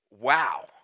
wow